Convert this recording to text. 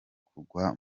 kugwa